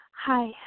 Hi